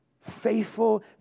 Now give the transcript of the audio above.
Faithful